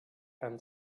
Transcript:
and